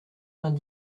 vingt